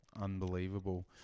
unbelievable